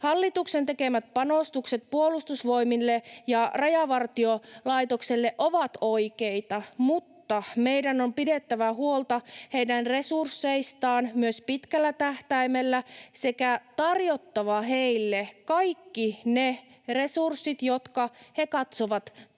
Hallituksen tekemät panostukset Puolustusvoimille ja Rajavartiolaitokselle ovat oikeita, mutta meidän on pidettävä huolta heidän resursseistaan myös pitkällä tähtäimellä sekä tarjottava heille kaikki ne resurssit, jotka he katsovat tarvitsevansa.